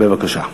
בבקשה.